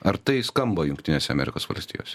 ar tai skamba jungtinėse amerikos valstijose